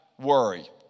worry